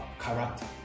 character